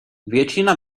většina